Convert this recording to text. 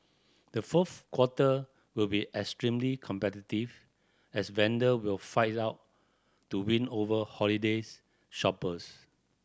the fourth quarter will be extremely competitive as vendor will fight it out to win over holidays shoppers